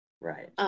Right